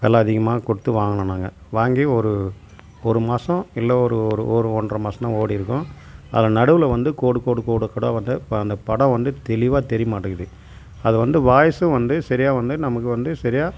விலை அதிகமாக கொடுத்து வாங்கினோம் நாங்கள் வாங்கி ஒரு ஒரு மாதம் இல்லை ஒரு ஒரு ஒரு ஒன்றரை மாதம் தான் ஓடிருக்கும் அத நடுவில் வந்து கோடு கோடு கோடாக வந்து இப்போ அந்த படம் வந்து தெளிவாக தெரிய மாட்டிக்கிது அத வந்து வாய்ஸ்ம் வந்து சரியா வந்து நமக்கு வந்து சரியா